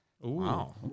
Wow